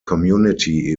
community